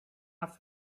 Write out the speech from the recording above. have